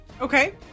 Okay